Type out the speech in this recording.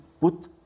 put